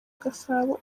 gasabo